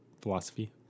philosophy